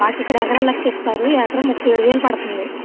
మాకిక్కడ ఎకరాల లెక్క చెస్తారు ఎకరం ముప్పై ఏడు వేలు పడుతంది